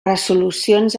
resolucions